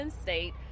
State